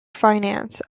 finance